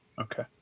Okay